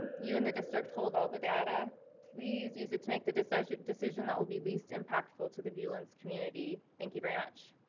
you and the district hold all the data please use it to make the decision decision that will be least impactful to the viewlands community. thank you very much.